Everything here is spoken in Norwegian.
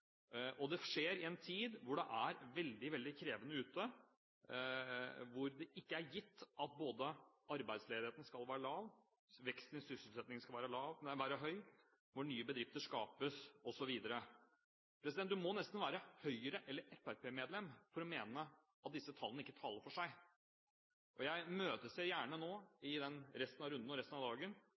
Det skjer i en tid hvor det er veldig krevende ute, hvor det ikke er gitt at arbeidsledigheten skal være lav, at veksten i sysselsettingen skal være høy, at nye bedrifter skapes, osv. En må nesten være Høyre- eller Fremskrittsparti-medlem for å mene at disse tallene ikke taler for seg. Jeg imøteser nå – i denne runden og resten av dagen